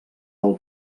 del